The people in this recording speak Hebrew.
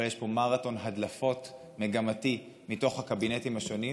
אבל יש פה מרתון הדלפות מגמתי מתוך הקבינטים השונים.